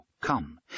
Come